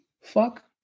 fuck